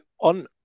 on